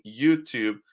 YouTube